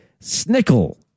Snickle